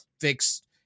fixed